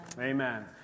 Amen